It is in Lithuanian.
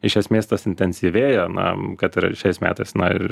iš esmės tas intensyvėja na kad šiais metais na ir